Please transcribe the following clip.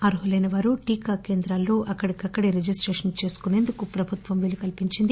అర్హులైనవారు టీకా కేంద్రాల్లో అక్కడికక్కడ రిజిస్టేషన్ చేసుకుసేందుకు ప్రభుత్వం వీలుకల్పించింది